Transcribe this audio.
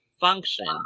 function